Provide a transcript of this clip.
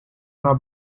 una